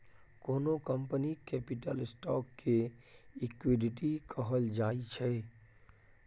कोनो कंपनीक capital stock केँ इक्विटी कहल जाइ छै